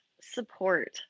support